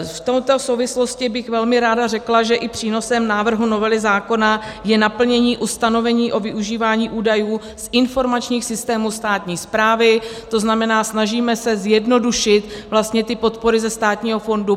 V této souvislosti bych velmi ráda řekla, že i přínosem návrhu novely zákona je naplnění ustanovení o využívání údajů z informačních systémů státní správy, tzn. snažíme se zjednodušit podpory ze státního fondu.